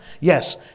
Yes